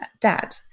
dad